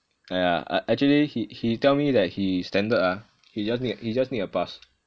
!aiya! ac~ actually he he tell me that his standard ah he just he just needs a pass